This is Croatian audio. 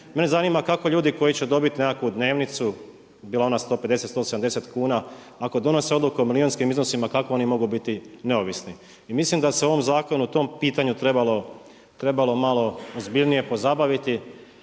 Mene zanima kako ljudi koji će dobiti nekakvu dnevnicu, jel ona 150, 170 kuna, ako donose odluku o milijunskim iznosima kako oni mogu biti neovisni? I mislim da se ovom zakonu tom pitanju trebalo malo ozbiljnije pozabaviti,